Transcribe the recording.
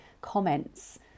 comments